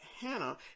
Hannah